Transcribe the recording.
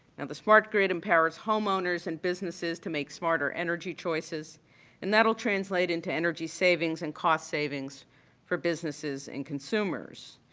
the smart grid empowers homeowners and businesses to make smarter energy choices and that will translate into energy savings and cost savings for businesses and consumers.